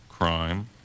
crime